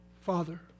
Father